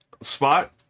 Spot